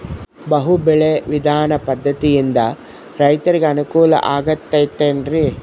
ಬಹು ಬೆಳೆ ವಿಧಾನ ಪದ್ಧತಿಯಿಂದ ರೈತರಿಗೆ ಅನುಕೂಲ ಆಗತೈತೇನ್ರಿ?